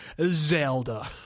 Zelda